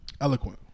eloquent